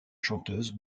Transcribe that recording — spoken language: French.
chanteuse